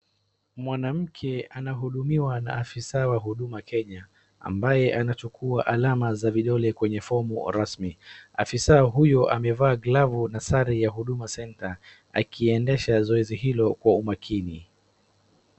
Mwanamke anahudumiwa na afya sawa huduma Kenya ambaye anachukua alama za vidole kwenye fomu rasmi, afisaa huyu amevaa glovu na sare ya huduma centre akiendesha zoezi hilo kwa umakini.